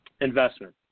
investment